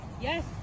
Yes